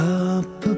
up